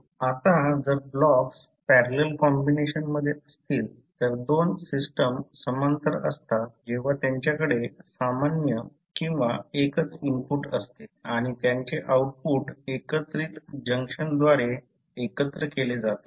आता जर blocks parallel combination मधे असतील तर दोन सिस्टम समांतर असतात जेव्हा त्यांच्याकडे सामान्य किंवा एकच इनपुट असते आणि त्यांचे आउटपुट एकत्रित जंक्शनद्वारे एकत्र केले जातात